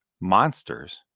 Monsters